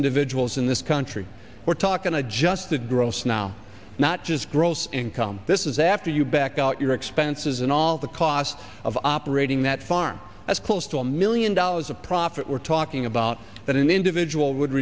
individuals in this country we're talking adjusted gross now not just gross income this is after you back out your expenses and all the costs of operating that farm as close to a million dollars of profit we're talking about that an individual would